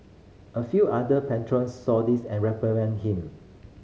a few other patrons saw this and reprimanded him